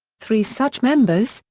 three such members,